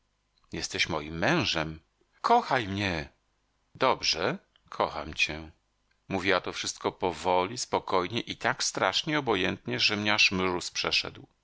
jesteś moim mężem kochaj mię dobrze kocham cię mówiła to wszystko powoli spokojnie i tak strasznie obojętnie że mnie aż mróz przeszedł